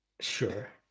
Sure